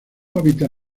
hábitat